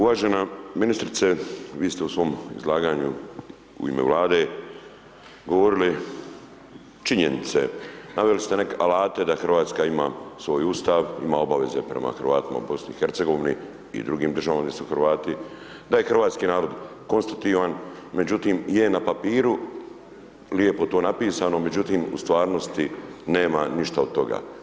Uvažena ministrice, vi ste u svom izlaganju u ime Vlade, govorili činjenice, naveli ste alate da Hrvatska ima svoj Ustav, ima obaveze prema Hrvatima u BIH, i drugim državama gdje su Hrvati, da je Hrvatski narod konstruktivan, međutim, je na papiru, lijepo to napisano, međutim, u stvarnosti nema ništa od toga.